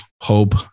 hope